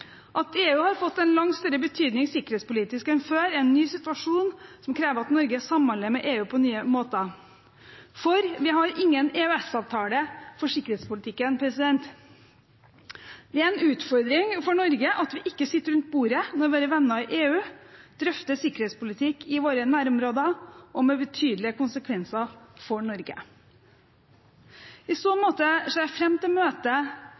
At EU har fått en langt større sikkerhetspolitisk betydning enn før, er en ny situasjon som krever at Norge samhandler med EU på nye måter, for vi har ingen EØS-avtale for sikkerhetspolitikken. Det er en utfordring for Norge at vi ikke sitter rundt bordet når våre venner i EU drøfter sikkerhetspolitikk i våre nærområder, med betydelige konsekvenser for Norge. I så måte ser jeg fram til møtet